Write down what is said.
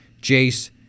Jace